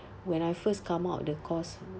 when I first come out of the course